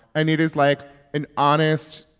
and it is like an honest,